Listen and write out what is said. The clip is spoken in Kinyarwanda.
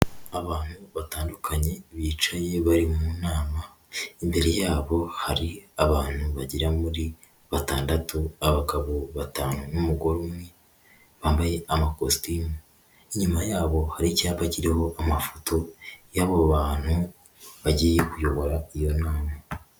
Abantu batandukanye bicaye bari mu nama, imbere yabo hari abantu bagera muri batandatu, abagabo batanu n'umugore umwe, bambaye amakositimu, inyuma yabo hari icyapa kiriho amafoto y'abo bantu bagiye kuyobora iyo nama.